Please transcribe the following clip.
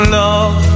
love